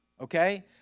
Okay